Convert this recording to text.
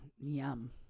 yum